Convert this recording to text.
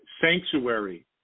sanctuary